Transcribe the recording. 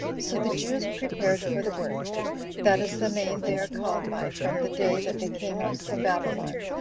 so the jews prepared for the work that is the name they are called by from the day that they came up from babylon,